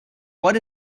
what